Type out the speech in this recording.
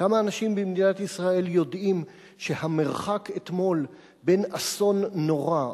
כמה אנשים במדינת ישראל יודעים שהמרחק אתמול בין אסון נורא,